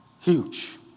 Huge